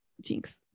jinx